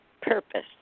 purpose